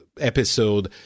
episode